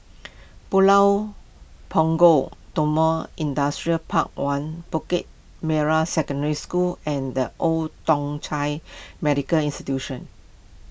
Pulau Punggol Timor Industrial Park one Bukit Merah Secondary School and Old Thong Chai Medical Institution